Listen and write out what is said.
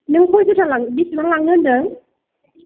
नों कयसता बेसेबां लांनो होन्दों